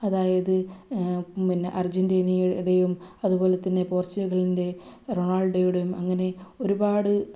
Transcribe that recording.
അതായത് പിന്നെ അർജെന്റീനയുടെയും അതുപോലെ തന്നെ പോർച്ചുഗലിൻ്റെ റൊണാൾഡോയുടെയും അങ്ങനെ ഒരുപാട്